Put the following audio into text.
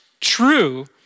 true